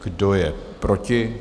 Kdo je proti?